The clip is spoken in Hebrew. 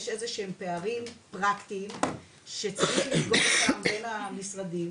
יש איזה שהם פערים פרקטיים שצריך לסגור אותם בין המשרדים,